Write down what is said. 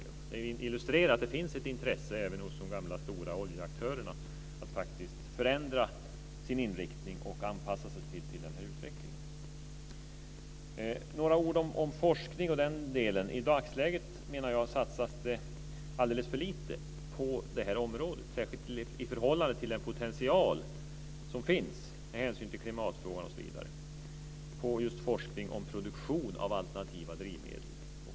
Det illustrerar att det finns ett intresse även hos de gamla stora oljeaktörerna att faktiskt förändra sin inriktning och anpassa sig till utvecklingen. Några ord om forskning. I dagsläget, menar jag, satsas det alldeles för lite på det området, särskilt i förhållande till den potential som finns med hänsyn till klimatfrågan osv. Det gäller just forskning om produktion av alternativa drivmedel.